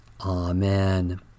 Amen